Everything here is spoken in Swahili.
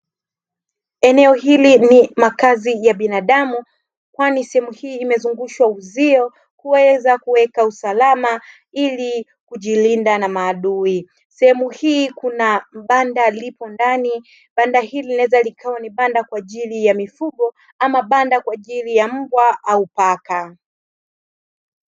Eneo hili ni makazi ya binadamu kwani sehemu hii imezungushwa uzio kuweza kuweka usalama ili kujilinda na maadui, sehemu hii kuna banda lipo ndani banda hili linaweza likawa kwaajili ya mifugo ama banda kwaajili ya mbwa au paka.